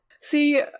See